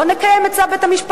לא נקיים את צו בית-המשפט?